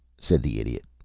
said the idiot.